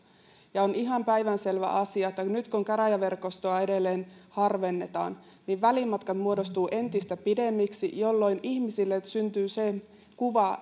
ja on ihan päivänselvä asia että nyt kun käräjäverkostoa edelleen harvennetaan niin välimatkat muodostuvat entistä pidemmiksi jolloin ihmisille syntyy se kuva